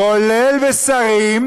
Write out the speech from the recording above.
או-אה.